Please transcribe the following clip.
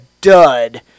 dud